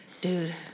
Dude